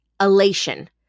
elation